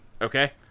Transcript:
Okay